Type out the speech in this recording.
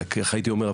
זה איך הייתי אומר,